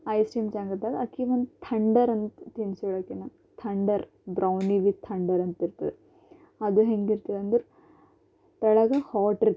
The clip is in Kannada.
ಐಸ್ರೀಮ್ ಚಂದಿತ್ತಲಾ ಆಕೆ ನಂಗೆ ಥಂಡರ್ ಅಂತ ತಿನ್ಸಿಳಾಕೆ ನಂಗೆ ಥಂಡರ್ ಬ್ರೌನಿ ವಿದ್ ಥಂಡರ್ ಅಂತಿರ್ತದದು ಅದು ಹೆಂಗಿರ್ತದಂದ್ರೆ ತಳಗ ಹಾಟಿರ್ತದ